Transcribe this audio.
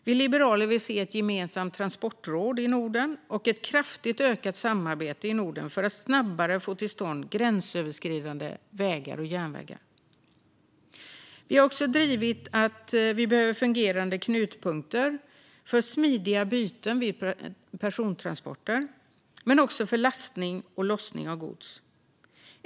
Vi liberaler vill se ett gemensamt transportråd i Norden och ett kraftigt ökat nordiskt samarbete för att snabbare få till stånd gränsöverskridande vägar och järnvägar. Vi har också drivit att vi behöver fungerande knutpunkter för smidiga byten vid persontransporter men också för lastning och lossning av gods.